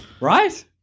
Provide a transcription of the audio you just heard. Right